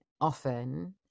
often